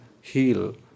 heal